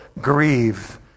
grieve